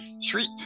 sweet